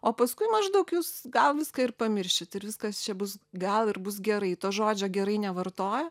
o paskui maždaug jūs gal viską ir pamiršit ir viskas čia bus gal ir bus gerai to žodžio gerai nevartojo